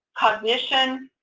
cognition,